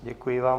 Děkuji vám.